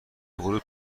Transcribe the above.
ورود